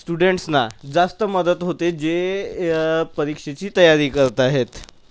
स्टुडंट्सना जास्त मदत होते जे परीक्षेची तयारी करत आहेत